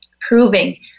proving